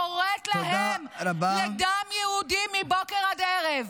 קוראת להם לדם יהודי מבוקר עד ערב.